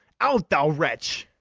out, thou wretch!